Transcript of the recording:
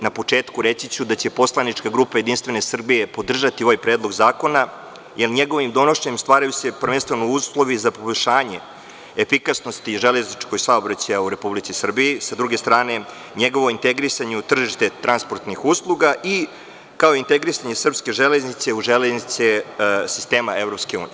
Na početku, reći ću da će poslanička grupa JS podržati ovaj predlog zakona jer njegovim donošenjem stvaraju se prvenstveno uslovi za poboljšanje efikasnosti železničkog saobraćaja u Republici Srbiji, sa druge strane, njegovo integrisanje u tržište transportnih usluga, kao i integrisanje srpske železnice u železnice sistema EU.